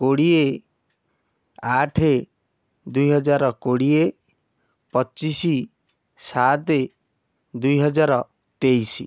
କୋଡ଼ିଏ ଆଠ ଦୁଇ ହାଜର କୋଡ଼ିଏ ପଚିଶି ସାତେ ଦୁଇ ହାଜର ତେଇଶି